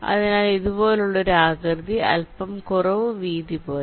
അതിനാൽ ഇതുപോലുള്ള ഒരു ആകൃതി അൽപ്പം കുറവ് വീതി പോലെ